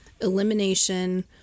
Elimination